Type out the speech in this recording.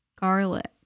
garlic